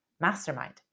mastermind